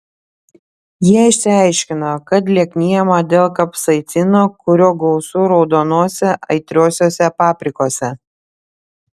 jie išsiaiškino kad lieknėjama dėl kapsaicino kurio gausu raudonose aitriosiose paprikose